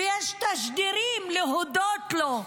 ויש תשדירים להודות לו,